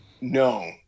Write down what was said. no